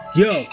yo